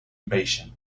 invasion